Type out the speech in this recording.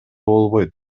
болбойт